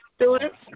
students